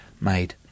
made